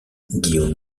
guillaume